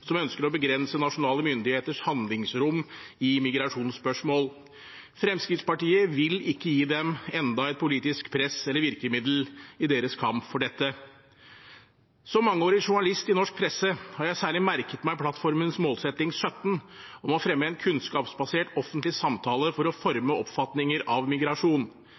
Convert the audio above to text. som ønsker å begrense nasjonale myndigheters handlingsrom i migrasjonsspørsmål. Fremskrittspartiet vil ikke gi dem enda et politisk press- eller virkemiddel i deres kamp for dette. Som mangeårig journalist i norsk presse har jeg særlig merket meg plattformens målsetting nummer 17, om å fremme en kunnskapsbasert offentlig samtale for å forme oppfatninger av migrasjon.